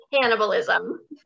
cannibalism